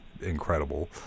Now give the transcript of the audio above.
incredible